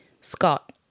Scott